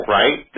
right